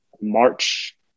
March